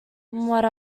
what